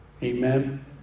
Amen